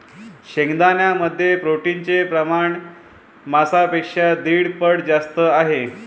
शेंगदाण्यांमध्ये प्रोटीनचे प्रमाण मांसापेक्षा दीड पट जास्त आहे